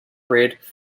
bread